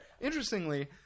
Interestingly